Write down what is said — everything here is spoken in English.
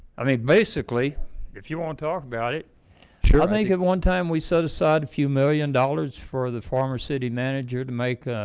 i mean basically if you won't talk about it sure i think at one time we set aside a few million dollars for the former city manager to make